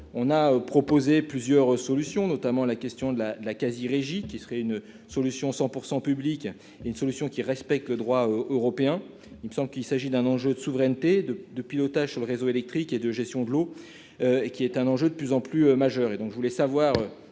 on a proposé plusieurs solutions, notamment la question de la de la quasi-régie qui serait une solution 100 % public et une solution qui respecte le droit européen, il me semble qu'il s'agit d'un enjeu de souveraineté de de pilotage sur le réseau électrique et de gestion de l'eau et qui est un enjeu de plus en plus majeure